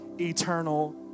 eternal